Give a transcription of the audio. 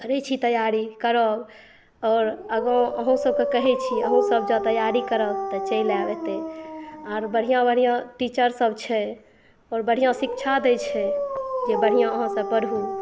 करै छी तैयारी करब और आगाँ अहुसबकेँ कहै छी अहुसब जॅं तैयारी करब तऽ चलि आयब एतै आर बढ़िऑं बढ़िऑं टीचर सब छै और बढ़िऑं शिक्षा दै छै जे बढ़िऑं अहाँसब पढ़ु